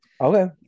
Okay